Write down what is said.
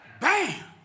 bam